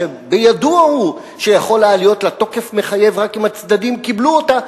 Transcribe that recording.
שבידוע הוא שיכול היה להיות לה תוקף מחייב רק אם הצדדים קיבלו אותה,